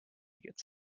gets